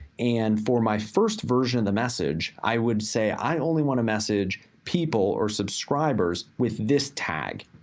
and for my first version of the message, i would say, i only wanna message people or subscribers with this tag.